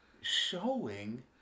showing